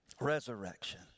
resurrection